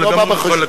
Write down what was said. אני לגמרי מוכן לקבל.